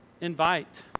Invite